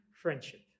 friendship